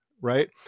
right